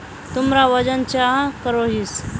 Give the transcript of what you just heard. तुमरा वजन चाँ करोहिस?